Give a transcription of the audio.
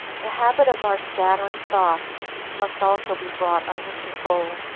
the habit of our scattering thoughts must also be brought under control.